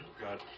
God